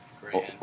Great